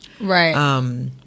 Right